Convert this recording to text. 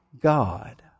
God